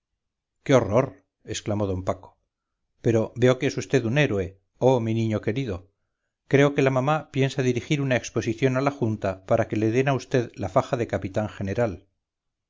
qué horror exclamó d paco pero veo que es vd un héroe oh mi niño querido creo que la mamá piensa dirigir una exposición a la junta para que le den a vd la faja de capitán general